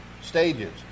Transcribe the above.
stages